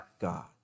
God